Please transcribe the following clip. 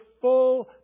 full